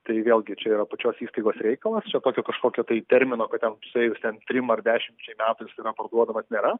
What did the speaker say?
tai vėlgi čia yra pačios įstaigos reikalas čia tokio kažkokio tai termino kad ten suėjus ten trim ar dešimčiai metų jis yra parduodamas nėra